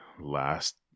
last